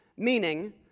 Meaning